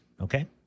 Okay